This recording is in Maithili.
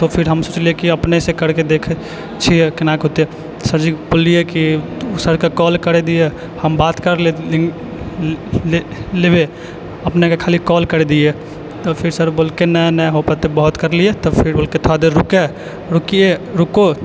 तऽ फिर हम सोचलियै कि अपनेसँ करिकऽ देखै छियै केनाकी होतै सर जीके बोललियै कि ओ सरके कॉल कर दिअ हम बात कर लेबे अपनेके खाली कॉल करि दियौ तऽ फिर सर बोललकै नहि नहि हो पैतै बहुत करलियै तऽ फीरो थोड़ा देर रुकय रुके रुको